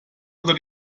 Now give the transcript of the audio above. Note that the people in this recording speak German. oder